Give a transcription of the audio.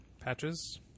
Patches